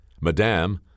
Madame